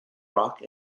rock